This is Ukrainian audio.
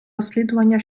розслідування